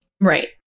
Right